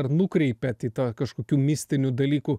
ar nukreipiat į tą kažkokių mistinių dalykų